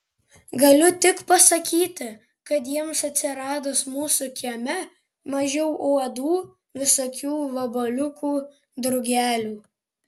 galiu tik pasakyti kad jiems atsiradus mūsų kieme mažiau uodų visokių vabaliukų drugelių